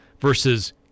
versus –